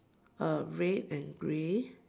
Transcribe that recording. uh red and grey